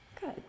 Good